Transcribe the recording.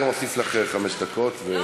צריך אישור מזכירות.